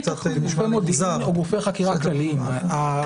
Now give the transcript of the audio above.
שצריך --- גופי ביטחון וגופי חקירה --- הרציונל